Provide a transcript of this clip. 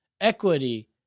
equity